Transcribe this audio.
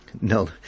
No